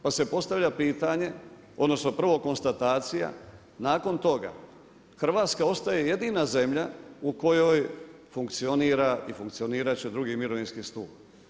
Pa se postavlja pitanje, odnosno, prvo konstatacija, nakon toga, Hrvatska ostaje jedina zemlja u kojoj funkcionira i funkcionirati će 2. mirovinski stup.